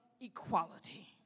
equality